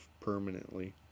permanently